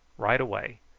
right away.